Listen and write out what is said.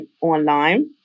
online